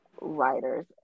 writers